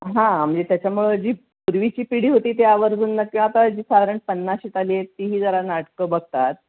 हां म्हणजे त्याच्यामुळं जी पूर्वीची पिढी होती त्यावरून ना किंवा आता जी साधारण पन्नाशीत आली आहे तीही जरा नाटकं बघतात